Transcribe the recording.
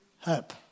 help